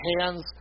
hands